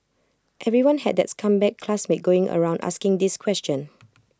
everyone had that's comeback classmate going around asking this question